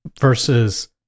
versus